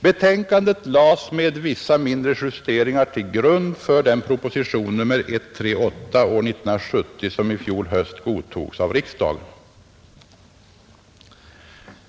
Betänkandet lades med vissa mindre justeringar till grund för den proposition nr 138 år 1970 som i fjol höst godtogs av riksdagen.